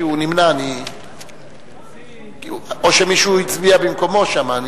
כי הוא נמנע, או שמישהו הצביע במקומו שם.